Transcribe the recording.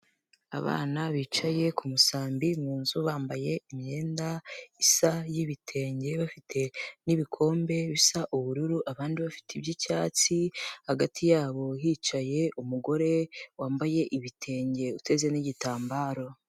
Abana bicaye ku musambi mu nzu, bambaye imyenda isa y'ibitenge, bafite n'ibikombe bisa ubururu, abandi bafite iby'icyatsi, hagati yabo hicaye umugore wambaye ibitenge uteze n'igitambaro.